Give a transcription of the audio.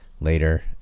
later